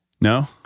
No